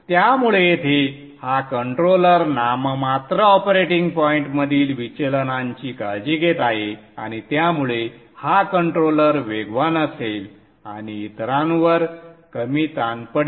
त्यामुळे येथे हा कंट्रोलर नाममात्र ऑपरेटिंग पॉइंटमधील विचलनांची काळजी घेत आहे आणि त्यामुळे हा कंट्रोलर वेगवान असेल आणि इतरांवर कमी ताण पडेल